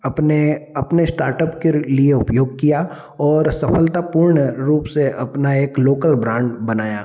अपने अपने स्टार्टअप के लिए उपयोग किया और सफलतापूर्ण रूप से अपना एक लोकल ब्रांड बनाया